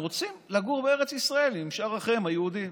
הם רוצים לגור בארץ ישראל עם שאר אחיהם היהודים.